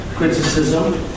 Criticism